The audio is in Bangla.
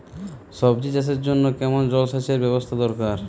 সবজি চাষের জন্য কেমন জলসেচের ব্যাবস্থা দরকার?